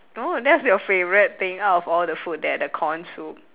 oh that's your favourite thing out of all the food there the corn soup